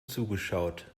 zugeschaut